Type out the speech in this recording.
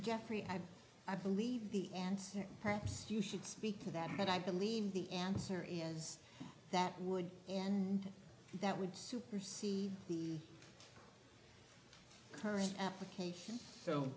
and i believe the answer perhaps you should speak to that and i believe the answer is that would and that would supersede the current application so